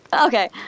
Okay